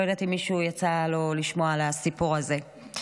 לא יודעת אם למישהו יצא לשמוע על הסיפור הזה.